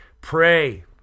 Pray